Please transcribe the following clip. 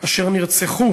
אשר נרצחו